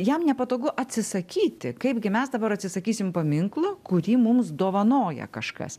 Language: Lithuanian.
jam nepatogu atsisakyti kaipgi mes dabar atsisakysim paminklo kurį mums dovanoja kažkas